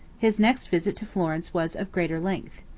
his next visit to florence was of greater length.